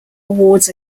awards